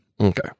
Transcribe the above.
Okay